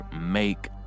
Make